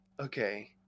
okay